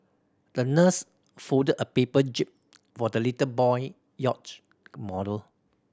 the nurse folded a paper jib for the little boy yacht model